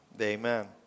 Amen